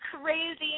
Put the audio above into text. crazy